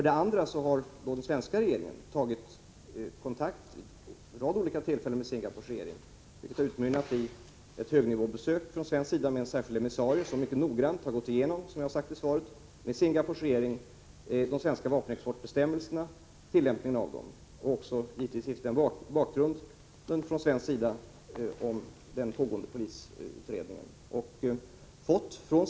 Dessutom har den svenska regeringen vid en rad olika tillfällen tagit kontakt med Singapores regering, vilket har utmynnat i ett högnivåbesök från svensk sida med en särskild emissarie som mycket noggrant, som jag har sagt i svaret, med Singapores regering har gått igenom de svenska vapenexportbestämmelserna och tillämpningen av dem, och man har från svensk sida gett bakgrunden till den pågående polisutredningen.